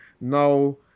Now